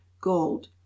gold